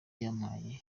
yampaye